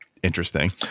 interesting